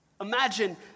Imagine